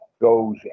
goes